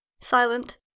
Silent